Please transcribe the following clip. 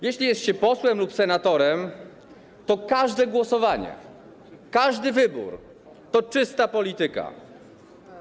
Jeśli jest się posłem lub senatorem, to każde głosowanie, każdy wybór to czysta polityka.